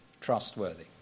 trustworthy